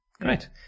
Great